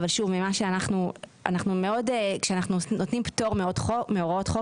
אבל כשאנחנו נותנים פטור מהוראות החוק,